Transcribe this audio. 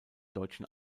deutschen